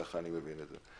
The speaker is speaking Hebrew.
ככה אני מבין את זה.